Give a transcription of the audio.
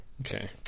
Okay